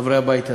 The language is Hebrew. חברי הבית הזה: